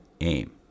aim